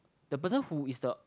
the person who is the